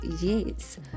yes